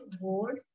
board